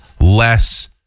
Less